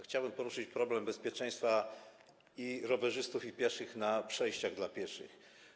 Chciałbym poruszyć problem bezpieczeństwa rowerzystów i pieszych na przejściach dla pieszych.